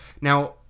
Now